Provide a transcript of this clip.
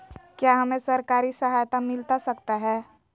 क्या हमे सरकारी सहायता मिलता सकता है?